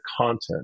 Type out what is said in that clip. content